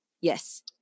Yes